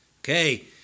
okay